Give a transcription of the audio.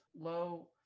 low